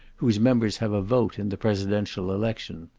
whose members have a vote in the presidential election.